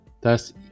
Thus